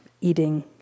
eating